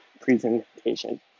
presentation